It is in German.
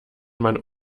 man